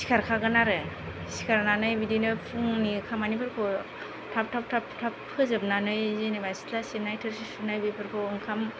सिखारखागोन आरो सिखारनानै बिदिनो फुंनि खामानिफोरखौ थाब थाब थाब थाब फोजोबनानै जेनेबा सिथ्ला सिबनाय थोरसि सुनाय बेफोरखौ ओंखाम